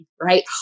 right